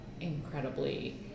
incredibly